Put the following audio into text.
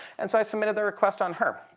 and so i submitted the request on her.